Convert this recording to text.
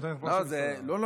אני לא יכול.